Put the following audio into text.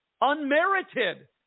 Unmerited